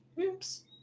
oops